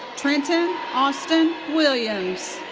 trenton auston williams.